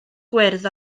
gwyrdd